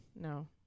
No